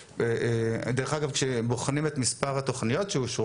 דרך אגב שבוחנים את מספר התוכניות שאושרו